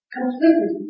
Completely